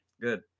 Good